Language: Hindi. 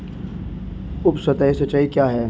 उपसतही सिंचाई क्या है?